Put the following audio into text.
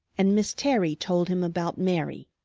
and miss terry told him about mary.